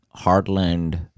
Heartland